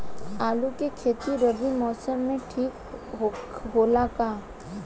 आलू के खेती रबी मौसम में ठीक होला का?